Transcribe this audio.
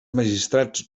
magistrats